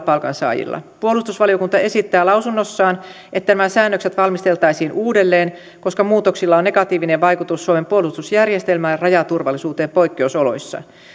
palkansaajille puolustusvaliokunta esittää lausunnossaan että nämä säännökset valmisteltaisiin uudelleen koska muutoksilla on negatiivinen vaikutus suomen puolustusjärjestelmään ja rajaturvallisuuteen poikkeusoloissa